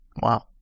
Wow